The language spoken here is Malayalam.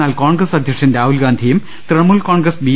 എന്നാൽ കോൺഗ്രസ് അധ്യക്ഷൻ രാഹുൽഗാന്ധിയും തൃണ മൂൽകോൺഗ്രസ് ബി